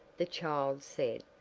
the child said,